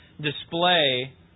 display